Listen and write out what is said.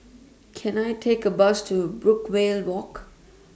Can I Take A Bus to Brookvale Walk